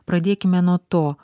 pradėkime nuo to